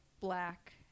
black